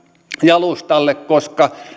jalustalle koska